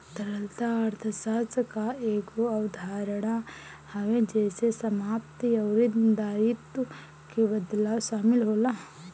तरलता अर्थशास्त्र कअ एगो अवधारणा हवे जेसे समाप्ति अउरी दायित्व के बदलाव शामिल होला